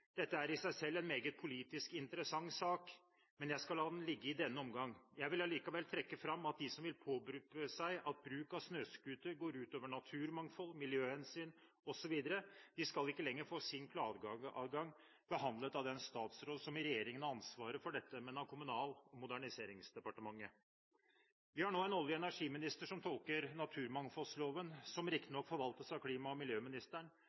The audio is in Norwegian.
Dette er i seg selv en meget politisk interessant sak, men jeg skal la det ligge i denne omgang. Jeg vil allikevel trekke fram at de som vil påpeke at bruk av snøscooter går ut over naturmangfold, miljø osv., ikke lenger skal få sin klage behandlet av den statsråd i regjeringen som har ansvaret for dette, men av Kommunal- og moderniseringsdepartementet. Vi har nå en olje- og energiminister som tolker naturmangfoldloven – som riktignok forvaltes av klima- og miljøministeren